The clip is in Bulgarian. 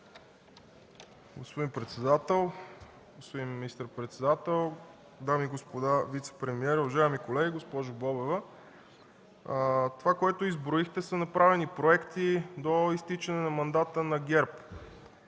Господин председател, господин министър-председател, дами и господа вицепремиери, уважаеми колеги! Госпожо Бобева, това, което изброихте, са направени проекти до изтичане на мандата на ГЕРБ.